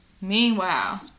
Meanwhile